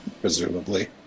Presumably